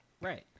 Right